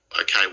okay